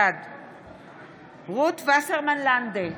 בעד רות וסרמן לנדה,